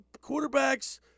quarterbacks